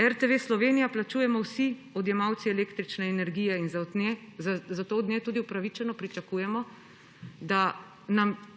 RTV Slovenija plačujemo vsi odjemalci električne energije in zato od nje tudi upravičeno pričakujemo, da nam